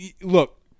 look